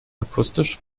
akustisch